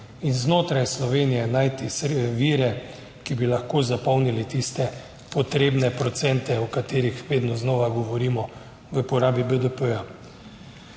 in znotraj Slovenije najti vire, ki bi lahko zapolnili tiste potrebne procente o katerih vedno znova govorimo v porabi BDP.